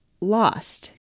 lost